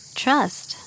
trust